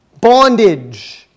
bondage